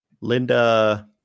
linda